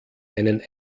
einen